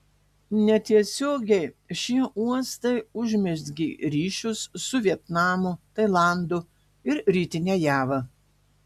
netiesiogiai šie uostai užmezgė ryšius su vietnamu tailandu ir rytine java